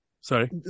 Sorry